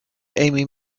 amy